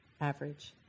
average